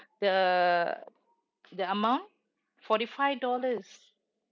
the the amount forty five dollars